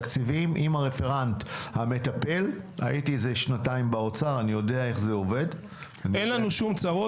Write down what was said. התקציבים עם הרפרנט שמטפל בזה --- אין לנו שום צרות,